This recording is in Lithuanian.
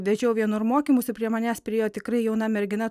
vedžiau vienur mokymus ir prie manęs priėjo tikrai jauna mergina